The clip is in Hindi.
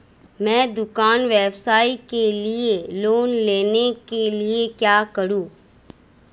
मैं दुकान व्यवसाय के लिए लोंन लेने के लिए क्या करूं?